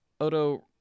Odo